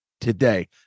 today